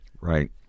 Right